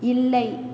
இல்லை